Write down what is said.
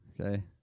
Okay